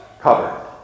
covered